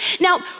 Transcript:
Now